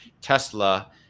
Tesla